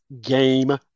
game